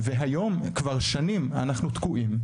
והיום כבר שנים אנחנו תקועים,